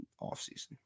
offseason